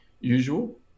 usual